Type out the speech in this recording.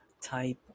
type